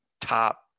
top